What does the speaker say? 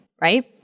right